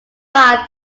five